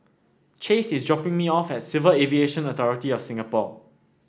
Chase is dropping me off at Civil Aviation Authority of Singapore